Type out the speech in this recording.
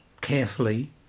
carefully